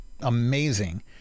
amazing